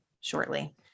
shortly